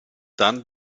dann